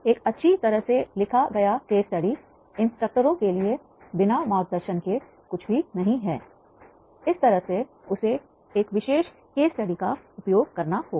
एक अच्छी तरह से लिखा गया केस स्टडी इंस्ट्रक्टरों के लिए बिना मार्गदर्शन के कुछ भी नहीं है इस तरह से उसे एक विशेष केस स्टडी का उपयोग करना होगा